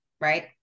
right